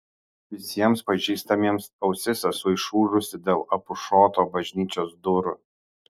visiems pažįstamiems ausis esu išūžusi dėl apušoto bažnyčios durų